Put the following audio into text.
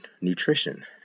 nutrition